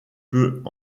peut